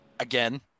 Again